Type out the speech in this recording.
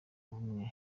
ubumwe